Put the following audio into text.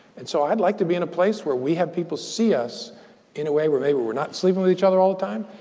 and so, i'd like to be in a place where we have people see us in a way where they we're not sleeping with each other all the time